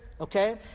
Okay